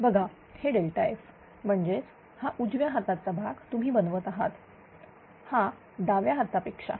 तर बघा हे F म्हणजेच हा उजव्या हाताचा भाग तुम्ही बनवत आहात हा डाव्या हाताच्या पेक्षा